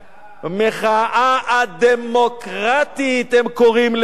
שהמחאה, המחאה הדמוקרטית הם קוראים לזה.